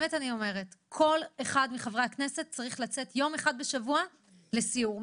כל אחד מחברי הכנסת צריכים לצאת יום אחד בשבוע לסיור.